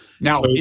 Now